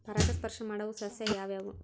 ಪರಾಗಸ್ಪರ್ಶ ಮಾಡಾವು ಸಸ್ಯ ಯಾವ್ಯಾವು?